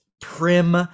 prim